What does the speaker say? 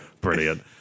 brilliant